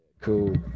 Cool